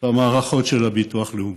זו במערכות של הביטוח הלאומי.